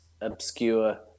obscure